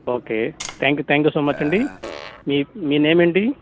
okay thank you thank you so much అండి మీ మీ నేమ్ ఏంటి